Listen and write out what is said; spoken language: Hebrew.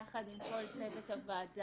יחד עם כל צוות הוועדה,